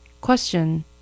Question